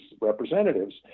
representatives